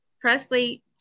Presley